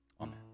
Amen